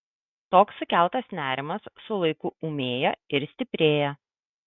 toks sukeltas nerimas su laiku ūmėja ir stiprėja